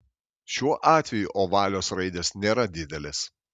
šiuo atveju ovalios raidės nėra didelės